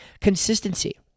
Consistency